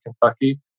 Kentucky